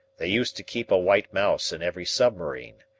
they used to keep a white mouse in every submarine,